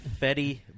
Fetty